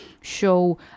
show